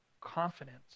confidence